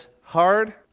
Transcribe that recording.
hard